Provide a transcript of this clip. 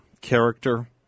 Character